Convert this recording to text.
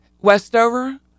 Westover